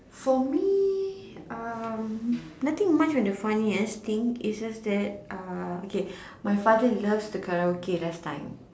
for me um nothing much on the funniest thing is just that uh okay my father love to Karaoke last time